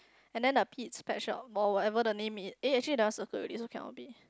and then the peaks pet shop or whatever the name it eh actually that one circle already also cannot be